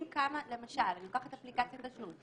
אם למשל אני לוקחת אפליקציית תשלום,